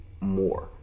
more